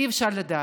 אי-אפשר לדעת.